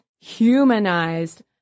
humanized